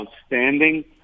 outstanding